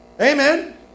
Amen